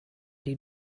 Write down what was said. die